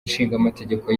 ishingamategeko